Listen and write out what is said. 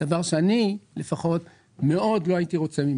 דבר שאני לפחות מאוד לא הייתי רוצה.